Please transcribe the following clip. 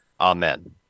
Amen